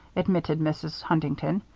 admitted mrs. huntington.